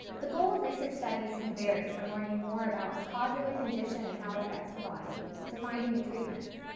the goal of research studies can vary, from learning more about the cause of a condition and how it affects the body, to finding new treatments.